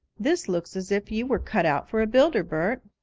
this looks as if you were cut out for a builder, bert.